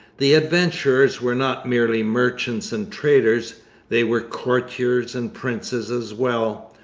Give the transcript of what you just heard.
the adventurers were not merely merchants and traders they were courtiers and princes as well.